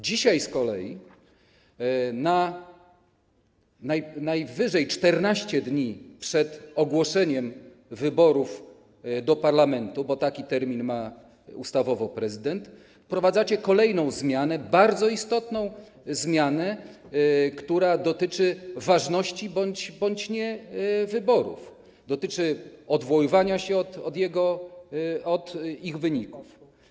Dzisiaj z kolei, na najwyżej 14 dni przed ogłoszeniem wyborów do parlamentu, bo taki termin ma ustawowo prezydent, wprowadzacie kolejną zmianę, bardzo istotną zmianę, która dotyczy ważności bądź nie wyborów, dotyczy odwoływania się od ich wyników.